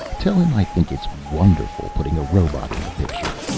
tell him i think it's wonderful, putting a robot in the picture.